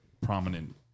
prominent